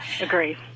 agree